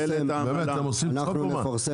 אתם עושים צחוק או מה?